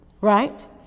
Right